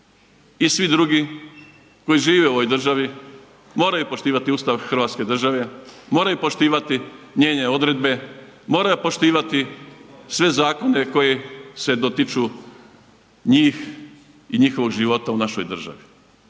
i svi drugi koji žive u ovoj državi moraju poštivati Ustav Hrvatske države, moraju poštivati njene odredbe, moraju poštivati sve zakone koji se dotiču njih i njihovog života u našoj državi.